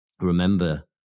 remember